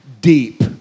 deep